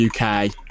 UK